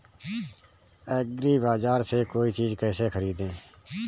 एग्रीबाजार से कोई चीज केसे खरीदें?